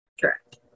correct